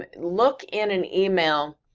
ah look in an email,